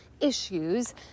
issues